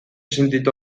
sentitu